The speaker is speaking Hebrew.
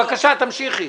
בבקשה, תמשיכי.